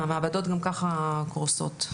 המעבדות גם ככה קורסות.